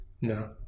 no